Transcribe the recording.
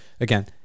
again